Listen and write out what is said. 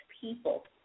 people